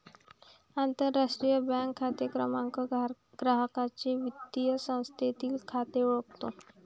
आंतरराष्ट्रीय बँक खाते क्रमांक ग्राहकाचे वित्तीय संस्थेतील खाते ओळखतो